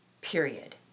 period